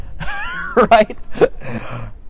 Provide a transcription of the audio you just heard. right